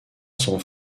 sans